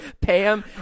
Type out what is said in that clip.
Pam